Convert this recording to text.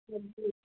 सब्जीहरू